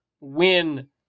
win